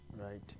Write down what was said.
right